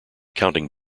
counting